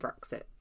brexit